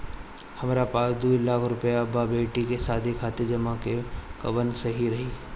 हमरा पास दू लाख रुपया बा बेटी के शादी खातिर जमा करे के बा कवन सही रही?